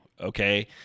Okay